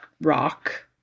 rock